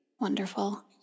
Wonderful